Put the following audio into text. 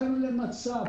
שהגענו למצב